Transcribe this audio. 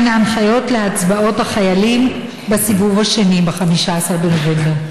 3. מהן ההנחיות להצבעות החיילים בסיבוב השני ב-15 בנובמבר?